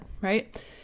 right